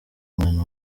umwana